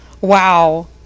Wow